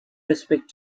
respect